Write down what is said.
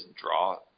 draw